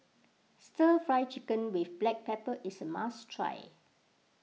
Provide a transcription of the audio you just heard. Stir Fry Chicken with Black Pepper is a must try